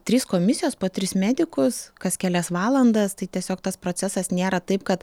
trys komisijos po tris medikus kas kelias valandas tai tiesiog tas procesas nėra taip kad